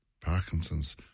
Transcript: Parkinson's